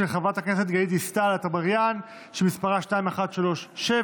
שמספרה 2137,